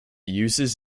uses